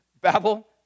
Babel